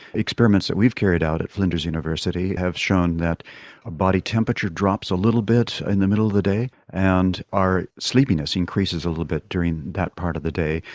experiments that we've carried out at flinders university have shown that ah body temperature drops a little bit in the middle of the day and our sleepiness increases a little bit during that part of the day,